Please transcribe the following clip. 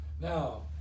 Now